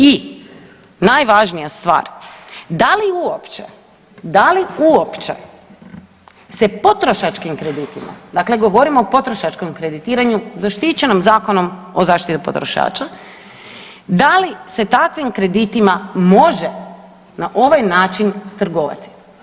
I najvažnija stvar, da li uopće, da li uopće se potrošačkim kreditima, dakle govorimo potrošačkom kreditiranju zaštićenom Zakonom o zaštiti potrošača, da li se takvim kreditima može na ovaj način trgovati?